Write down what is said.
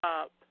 up